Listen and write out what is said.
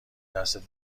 دستت